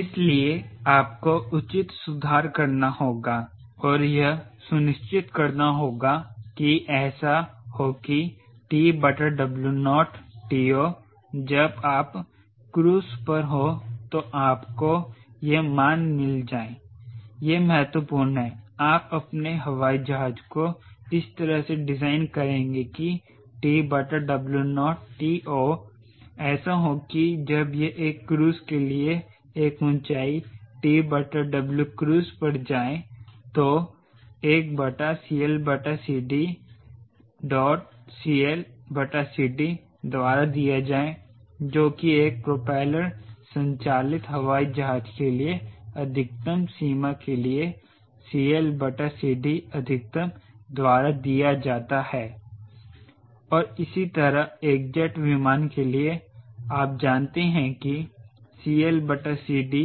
इसलिए आपको उचित सुधार करना होगा और यह सुनिश्चित करना होगा ऐसा हो कि TWoTO जब आप क्रूज़ पर हो तो आपको यह मान मिल जाए यह महत्वपूर्ण है आप अपने हवाई जहाज को इस तरह से डिजाइन करेंगे कि TWoTO ऐसा हो कि जब यह एक क्रूज के लिए एक ऊंचाई TWcruise पर जाएं तो 1CLCDCLCD द्वारा दिया जाएं जो की एक प्रोपेलर संचालित हवाई जहाज के लिए अधिकतम सीमा के लिए CLCDअधिकतम द्वारा दिया जाता है और इसी तरह एक जेट विमान के लिए आप जानते हैं कि CLCD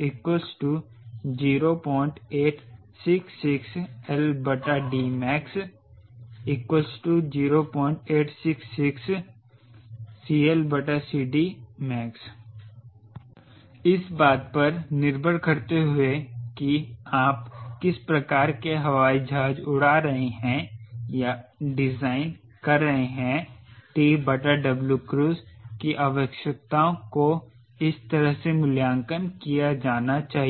0866LDmax 0866CLCDmax इस बात पर निर्भर करते हुए कि आप किस प्रकार के हवाई जहाज उड़ा रहे हैं या डिजाइन कर रहे हैं TWcruise की आवश्यकताओं को इस तरह से मूल्यांकन किया जाना चाहिए